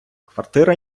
квартира